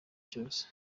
cyose